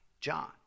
John